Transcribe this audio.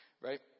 right